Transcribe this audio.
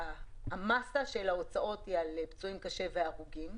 המסה של ההוצאות היא על פצועים קשה והרוגים,